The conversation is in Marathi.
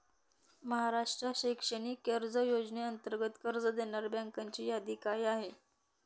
महाराष्ट्र शैक्षणिक कर्ज योजनेअंतर्गत कर्ज देणाऱ्या बँकांची यादी काय आहे?